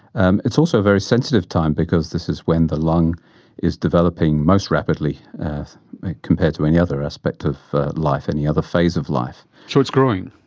and it's also a very sensitive time because this is when the lung is developing most rapidly compared to any other aspect of life, any other phase of life. so it's growing?